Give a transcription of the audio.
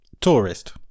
Tourist